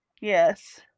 Yes